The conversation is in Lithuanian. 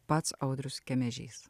pats audrius kemežys